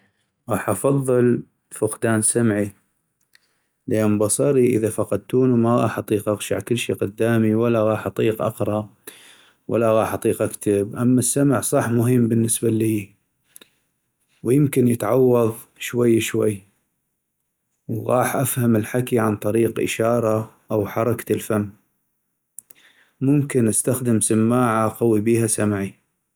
غاح افضل فقدان سمعي لان بصري اذا فقدتونو ما غاح اطيق اغشع كلشي قدامي ولا غاح اطيق اقرا ولا غاح اطيق اكتب اما السمع صح مهم بالنسبة اللي ويمكن يتعوض شوي شوي وغاح أفهم الحكي عن طريق إشارة او حركة الفم ، وممكن استخدم سماعة اقوي بيها سمعي.